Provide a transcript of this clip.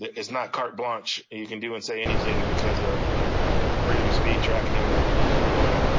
that it's not carte blanche and you can do and say anything because of freedom of speech or academic freedom. and i,